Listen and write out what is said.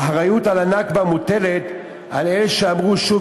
האחריות לנכבה מוטלת על אלה שאמרו שוב